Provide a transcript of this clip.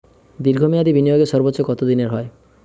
দীর্ঘ মেয়াদি বিনিয়োগের সর্বোচ্চ কত দিনের হয়?